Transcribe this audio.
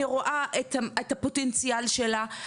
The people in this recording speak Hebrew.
אני רואה את הפוטנציאל שלה,